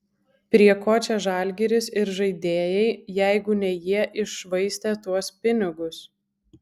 prie ko čia žalgiris ir žaidėjai jeigu ne jie iššvaistė tuos pinigus